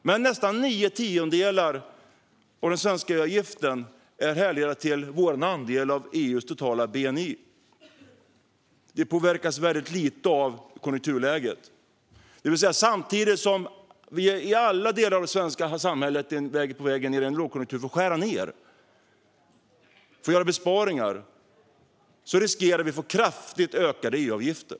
Men nästan nio tiondelar av den svenska EU-avgiften kan härledas till vår andel av EU:s totala bni och påverkas väldigt lite av konjunkturläget. Samtidigt som vi i alla delar av det svenska samhället får skära ned och göra besparingar när vi är på väg in i en lågkonjunktur riskerar vi alltså att få kraftigt ökade EU-avgifter.